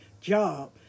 job